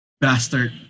bastard